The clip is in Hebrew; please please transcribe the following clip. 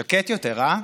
שקט יותר, אה?